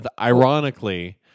ironically